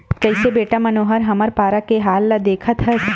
कइसे बेटा मनोहर हमर पारा के हाल ल देखत हस